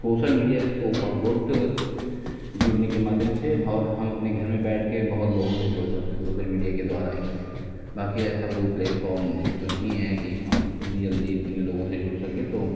social media is so for good जुड़ने के माध्यम से और हम अपने घर में बैठ के बहुत लोगों से जुड़ सकते हैं सोसल मीडिया के द्वारा ही बाकी ऐसा कोई प्लेटफ़ॉम तो नहीं है कि हम इतनी जल्दी इतने लोगों से जुड़ सकें तो